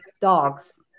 dogs